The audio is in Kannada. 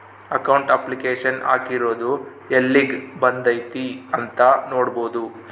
ಅಕೌಂಟ್ ಅಪ್ಲಿಕೇಶನ್ ಹಾಕಿರೊದು ಯೆಲ್ಲಿಗ್ ಬಂದೈತೀ ಅಂತ ನೋಡ್ಬೊದು